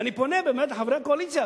ואני פונה לחברי הקואליציה,